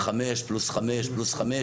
חמש פלוס חמש פלוס חמש.